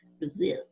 resist